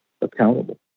accountable